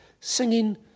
singing